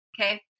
okay